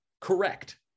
correct